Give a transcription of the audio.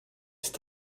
ist